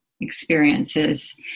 experiences